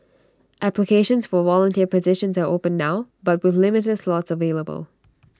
applications for volunteer positions are open now but with limited slots available